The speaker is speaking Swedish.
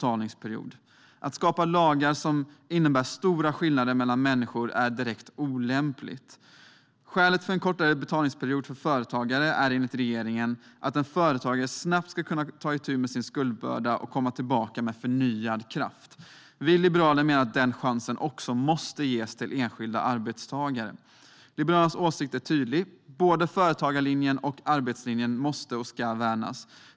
Att skapa lagar som innebär så stora skillnader mellan människor är direkt olämpligt. Skälet till en kortare betalningsplan för företagare är enligt regeringen att en företagare snabbt ska kunna ta itu med sin skuldbörda och kunna komma tillbaka med förnyad kraft. Vi liberaler menar att den chansen också måste ges till enskilda arbetstagare. Liberalernas åsikt är tydlig: Både företagarlinjen och arbetslinjen måste värnas.